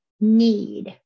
need